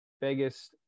Vegas